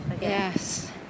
Yes